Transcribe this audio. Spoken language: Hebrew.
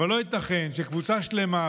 אבל לא ייתכן שקבוצה שלמה,